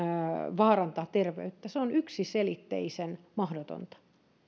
vaarantaa terveyttä se on yksiselitteisen mahdotonta